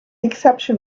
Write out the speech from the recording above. exception